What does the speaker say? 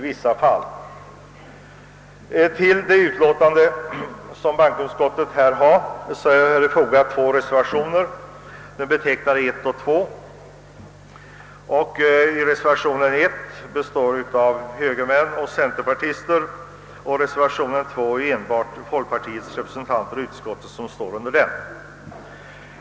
Vid det utlåtande, som bankoutskottet framlagt, är fogade två reservationer. Bakom reservation nr 1 står högermän och centerpartister och bakom reservation nr 2 enbart folkpartiets representanter i utskottet.